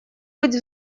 быть